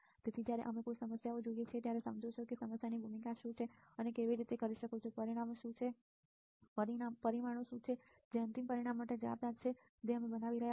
તેથી જ્યારે તમે કોઈ સમસ્યા જુઓ છો ત્યારે તમે સમજો છો કેઆ સમસ્યાની ભૂમિકા શું છે અને તમે કેવી રીતે કરી શકો છો તે પરિમાણો શું છે જે અંતિમ પરિણામ માટે જવાબદાર છે જે અમે બનાવી રહ્યા છીએ